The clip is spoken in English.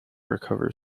recover